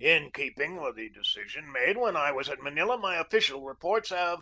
in keeping with the decision made when i was at manila, my official reports have